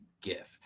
gift